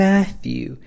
Matthew